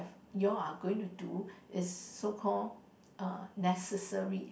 you all are going to do is so call uh necessary